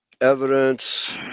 evidence